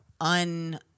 un